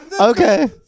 Okay